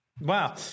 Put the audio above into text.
Wow